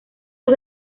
los